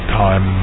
time